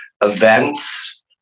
events